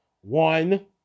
One